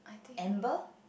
Amber